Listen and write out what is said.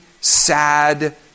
sad